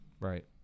Right